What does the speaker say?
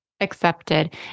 accepted